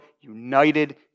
united